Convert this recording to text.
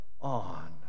on